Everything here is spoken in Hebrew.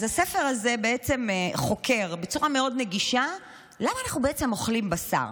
אז הספר הזה חוקר בצורה נגישה מאוד למה אנחנו בעצם אוכלים בשר.